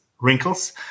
wrinkles